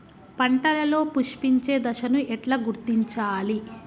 పంటలలో పుష్పించే దశను ఎట్లా గుర్తించాలి?